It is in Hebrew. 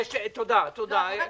שנייה,